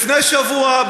לפני שבוע,